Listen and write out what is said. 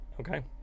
Okay